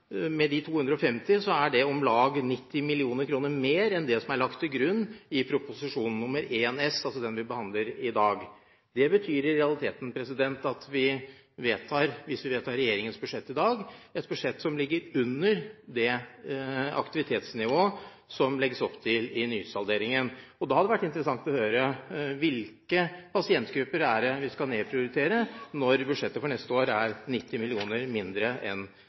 med de 250 mill. kr er det om lag 90 mill. kr mer enn det som er lagt til grunn i Prop. 1 S for 2012–2013 – altså den vi behandler i dag. Det betyr i realiteten at hvis vi vedtar regjeringens budsjett i dag, får vi et budsjett som ligger under det aktivitetsnivået som det legges opp til i nysalderingen. Da hadde det vært interessant å høre hvilke pasientgrupper det er vi skal nedprioritere når budsjettet for neste år er 90 mill. kr mindre enn